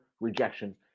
rejection